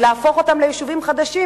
ולהפוך אותם ליישובים חדשים,